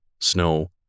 snow